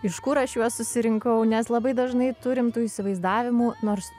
iš kur aš juos susirinkau nes labai dažnai turim tų įsivaizdavimų nors